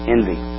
Envy